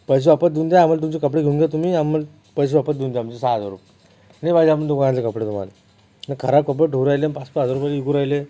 पैसे वापस देऊन द्या आम्हाला तुमचे कपडे घेऊन घ्या तुम्ही आम्हाला पैसे वापस देऊन द्या आमचे सहा हजार रुपये नाही पाहिजे आम्हाला दुकानातले कपडे तो माल ना खराब कपडे ठेवून राहिले ना पाच सहा हजाराचे विकून राहिले